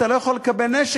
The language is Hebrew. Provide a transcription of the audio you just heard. אתה לא יכול לקבל נשק,